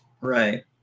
Right